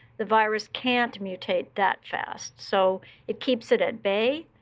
the virus can't mutate that fast, so it keeps it at bay.